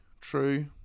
True